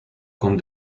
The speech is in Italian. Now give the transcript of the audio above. con